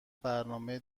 برنامه